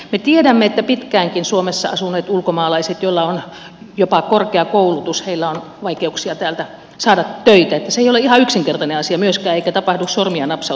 me tiedämme että pitkäänkin suomessa asuneilla ulkomaalaisilla joilla on jopa korkea koulutus on vaikeuksia täältä saada töitä että se ei ole ihan yksinkertainen asia myöskään eikä tapahdu sormia napsauttamalla